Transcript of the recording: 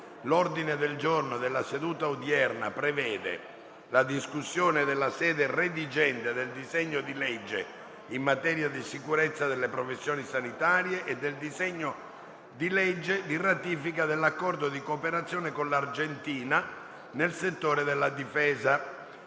L'ordine del giorno della seduta odierna prevede la discussione dalla sede redigente del disegno di legge in materia di sicurezza delle professioni sanitarie e del disegno di legge di ratifica dell'Accordo di cooperazione con l'Argentina nel settore della difesa.